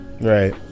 right